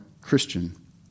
Christian